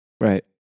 Right